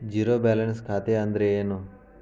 Zero balance ಖಾತೆ ಅಂದ್ರೆ ಏನು?